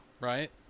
Right